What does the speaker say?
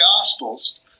Gospels